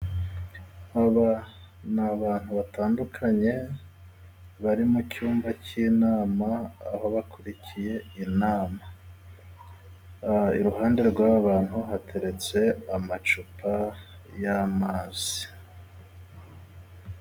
Aba ni abantu batandukanye bari mu cyumba cy'inama bakurikiye iyo nama, iruhande rw'abantu hateretse amacupa y'amazi.